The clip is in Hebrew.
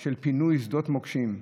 של פינוי שדות מוקשים.